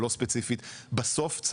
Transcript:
או לא ספציפית; בסוף,